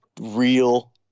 real